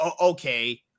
okay